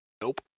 Nope